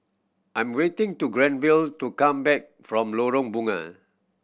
I'm waiting to Granville to come back from Lorong Bunga